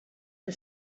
the